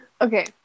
Okay